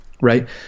right